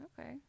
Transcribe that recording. Okay